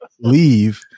leave